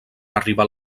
arribar